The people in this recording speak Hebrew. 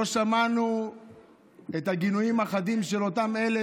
לא שמענו את הגינויים החדים של אותם אלה